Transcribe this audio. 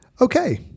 okay